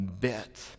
bit